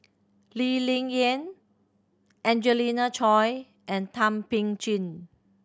Lee Ling Yen Angelina Choy and Thum Ping Tjin